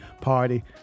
party